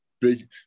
big